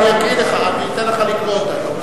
אני אתן לך לקרוא אותה.